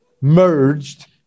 merged